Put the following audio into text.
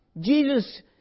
Jesus